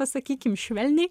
pasakykim švelniai